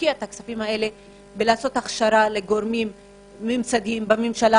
להשקיע את הכספים האלה בעשיית הכשרה לגורמים ממסדיים בממשלה